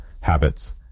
habits